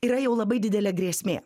yra jau labai didelė grėsmė